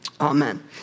Amen